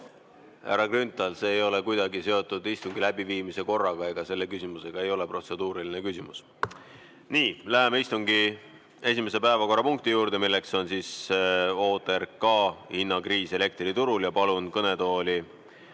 Härra Grünthal, see ei ole kuidagi seotud istungi läbiviimise korraga. See ei ole protseduuriline küsimus. Läheme istungi esimese päevakorrapunkti juurde, milleks on OTRK "Hinnakriis elektriturul", ja palun kõnetooli